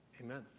Amen